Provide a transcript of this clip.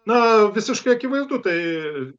na visiškai akivaizdu tai